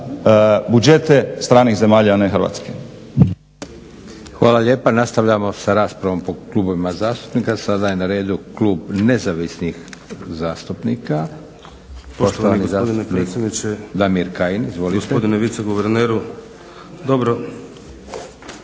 budžete stranih zemalja a ne Hrvatske.